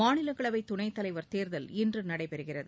மாநிலங்களவை துணைத் தலைவர் தேர்தல் இன்று நடைபெறுகிறது